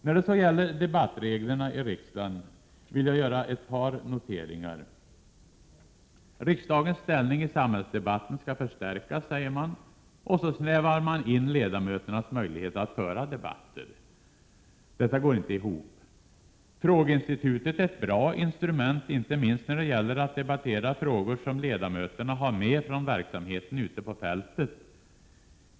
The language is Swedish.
När det gäller debattreglerna i riksdagen vill jag göra ett par noteringar. Riksdagens ställning i samhällsdebatten skall förstärkas, säger man, och så snävar man in ledamöternas möjligheter att föra debatter. Detta går inte ihop. Frågeinstitutet är ett bra instrument, inte minst när det gäller att debattera frågor som ledamöterna har med sig från verksamheten ute på fältet.